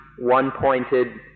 one-pointed